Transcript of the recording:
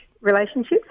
relationships